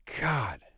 God